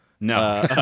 no